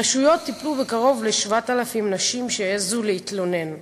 הרשויות טיפלו בקרוב ל-7,000 נשים שהעזו להתלונן.